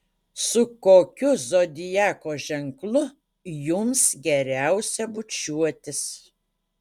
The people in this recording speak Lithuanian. su kokiu zodiako ženklu jums geriausia bučiuotis